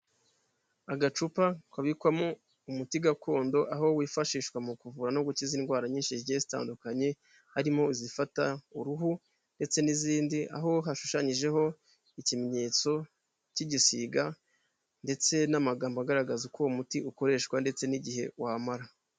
Agacupa kabikwamo umuti gakondo aho wifashishwa mu kuvura no gukiza indwara nyinshi zigiye zitandukanye, harimo izifata uruhu ndetse n'izindi, aho hashushanyijeho ikimenyetso k'igisiga ndetse n'amagambo agaragaza uko uwo muti ukoreshwa ndetse n'igihe wamara.